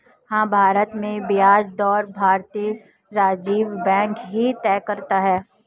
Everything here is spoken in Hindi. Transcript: हाँ, भारत में ब्याज दरें भारतीय रिज़र्व बैंक ही तय करता है